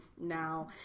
now